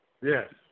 Yes